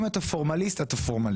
אם אתה פורמליסט, אתה פורמליסט.